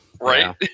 Right